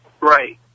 Right